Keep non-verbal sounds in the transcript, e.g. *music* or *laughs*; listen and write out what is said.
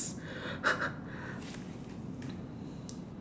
*laughs*